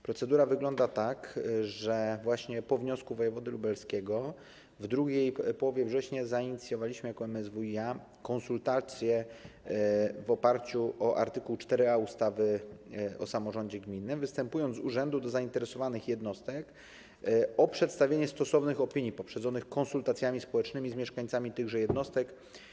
Procedura wygląda tak, że właśnie po wniosku wojewody lubelskiego w drugiej połowie września zainicjowaliśmy jako MSWiA konsultacje na podstawie art. 4a ustawy o samorządzie gminnym, występując z urzędu do zainteresowanych jednostek o przedstawienie stosownych opinii poprzedzonych konsultacjami społecznymi z mieszkańcami tychże jednostek.